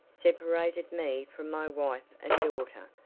separated me from my wife and daughter,